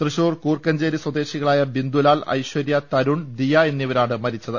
തൃശൂർ കൂർക്കഞ്ചേരി സ്വദേശികളായ ബിന്ദുലാൽ ഐശ്ചര്യ തരുൺ ദിയ എന്നിവരാണ് മരിച്ചത്